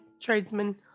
tradesmen